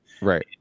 Right